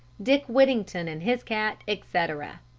dick whittington and his cat, etc.